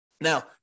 Now